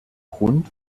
grund